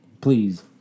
please